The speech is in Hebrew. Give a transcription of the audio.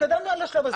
התקדמנו עד לשלב הזה.